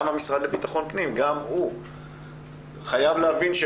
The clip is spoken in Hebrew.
גם המשרד לבטחון פנים חייב להבין,